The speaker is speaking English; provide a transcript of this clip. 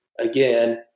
again